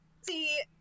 See